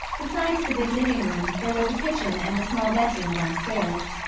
besides the big living-room, there was a kitchen and a small bedroom downstairs.